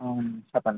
చెప్పండి